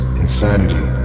insanity